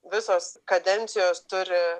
visos kadencijos turi